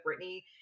Britney